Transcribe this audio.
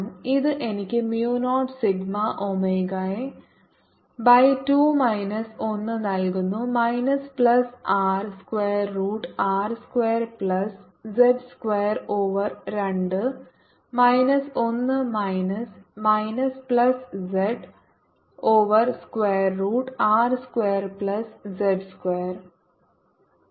ഇത് എനിക്ക് mu 0 sigma ഒമേഗയെ ബൈ 2 മൈനസ് 1 നൽകുന്നു minus plus R square root R square plus z square over z minus 1 minus minus plus z over square root R square plus z square